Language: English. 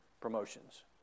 promotions